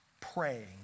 praying